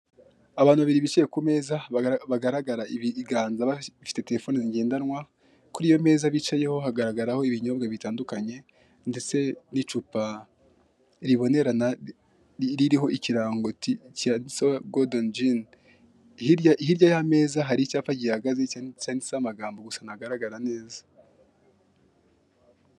Abantu babiri bicaye ku meza, bagaragara ibiganza bafite telefone ngendanwa, kuri iyo meza bicayeho hagaragaraho ibinyobwa bitandukanye ndetse n'icupa ribonerana ririho ikirango cyanditseho godeni jini, hirya y'ameza hari icyapa gihagaze cyanditsweho amagambo gusa ntagaragara neza.